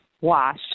wash